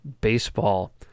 baseball